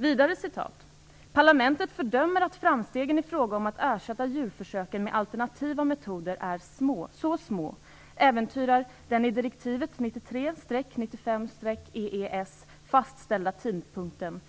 Vidare sägs det: "Parlamentet fördömer att framstegen i fråga om att ersätta djurförsöken med alternativa metoder varit så små, äventyrar den i direktivet 93 EES fastställda tidpunkten